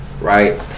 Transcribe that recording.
right